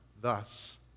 thus